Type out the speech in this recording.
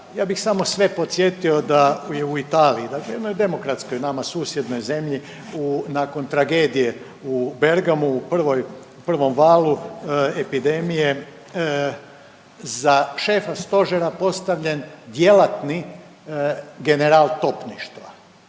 Ja bih samo sve podsjetio da je u Italiji dakle jednoj demokratskoj nama susjednoj zemlji nakon tragedije u Bergamu u prvom valu epidemije za šefa stožera postavljen djelatni general topništva